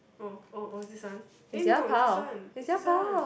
oh oh oh this one eh no is this one is this one